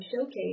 showcase